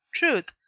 truth,